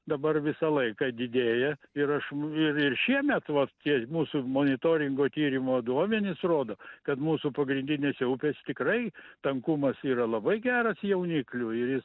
dabar visą laiką didėja ir aš ir ir šiemet va tie mūsų monitoringo tyrimo duomenys rodo kad mūsų pagrindinėse upėse tikrai tankumas yra labai geras jauniklių ir jis